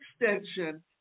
extension